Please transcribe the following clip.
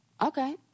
okay